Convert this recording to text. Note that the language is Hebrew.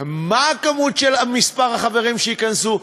מה מספר החברים שייכנסו?